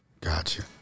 Gotcha